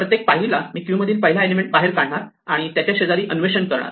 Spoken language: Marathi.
प्रत्येक पायरीला मी क्यू मधील पहिला एलिमेंट बाहेर काढणार आणि त्याचे शेजारी अन्वेषण करणार